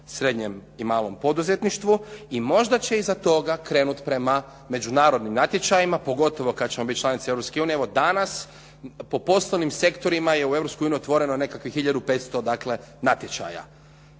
srednjem i malom poduzetništvu i možda će iza toga krenuti prema međunarodnim natječajima, pogotovo kad ćemo biti članica Europske unije, evo danas po poslovnim sektorima je u Europskoj uniji otvoreno nekakvih 1500 natječaja.